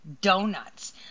donuts